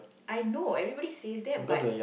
I know everybody says that but